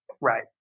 Right